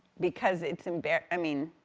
because it's embarrass, i mean.